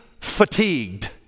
fatigued